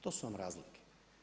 To su vam razlike.